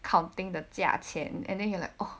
counting the 价钱 and then you are like oh